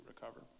recover